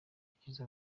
gukiza